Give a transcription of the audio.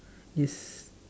is